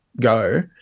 go